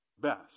best